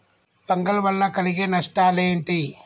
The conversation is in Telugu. ఫంగల్ వల్ల కలిగే నష్టలేంటి?